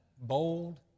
bold